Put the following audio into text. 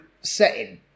setting